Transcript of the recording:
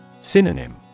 Synonym